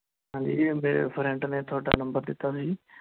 ਹਾਂਜੀ ਜੀ ਮੇਰੇ ਫ੍ਰੈਂਡ ਨੇ ਤੁਹਾਡਾ ਨੰਬਰ ਦਿੱਤਾ ਸੀ